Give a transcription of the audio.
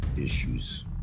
issues